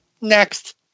Next